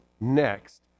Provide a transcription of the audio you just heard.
next